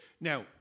Now